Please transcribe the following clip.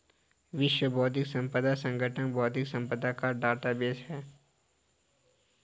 विश्व बौद्धिक संपदा संगठन बौद्धिक संपदा का डेटाबेस है